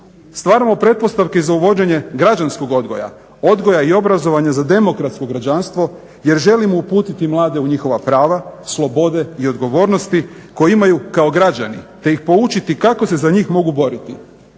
Stvaramo pretpostavke za uvođenje građanskog odgoja, odgoja i obrazovanja za demokratsko građanstvo jer želimo uputiti mlade u njihova prava, slobode i odgovornosti koje imaju kao građani te ih poučiti kako se za njih mogu boriti.